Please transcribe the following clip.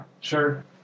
Sure